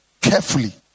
carefully